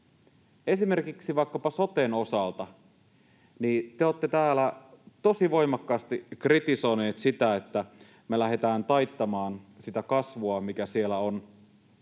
Esimerkiksi vaikkapa soten osalta te olette täällä tosi voimakkaasti kritisoineet sitä, että me lähdetään taittamaan sitä kasvua, mikä siellä on.